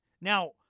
Now